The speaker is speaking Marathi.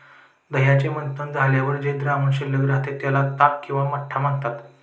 दह्याचे मंथन झाल्यावर जे द्रावण शिल्लक राहते, त्याला ताक किंवा मठ्ठा म्हणतात